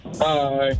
Hi